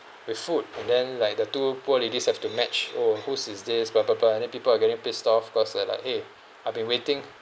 with food and then like the two poor ladies have to match oh whose is this bla bla bla and then people are getting pissed off cause they like !hey! I been waiting